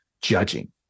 judging